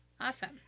Awesome